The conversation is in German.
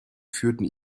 führten